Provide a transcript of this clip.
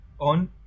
on